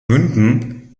münden